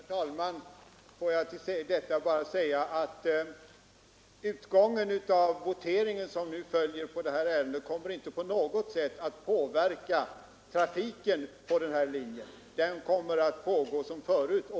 Herr talman! Får jag till detta bara säga att utgången av den votering som nu följer på det här ärendet kommer inte att på något sätt påverka trafiken på denna linje. Trafiken skall pågå som förut.